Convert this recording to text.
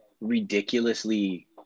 ridiculously